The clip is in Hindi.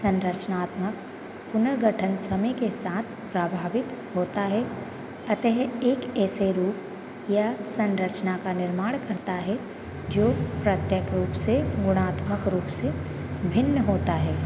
संरचनात्मक पुनर्गठन समय के साथ प्रभावित होता है अतः एक ऐसे रूप या संरचना का निर्माणकर्ता है जो प्रत्येक रूप से गुणात्मक रूप से भिन्न होता है